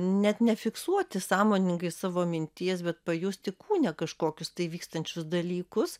net nefiksuoti sąmoningai savo minties bet pajusti kūne kažkokius tai vykstančius dalykus